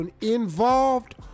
involved